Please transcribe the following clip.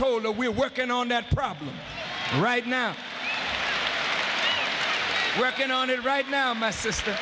told her we workin on that problem right now working on it right now my sister